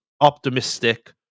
optimistic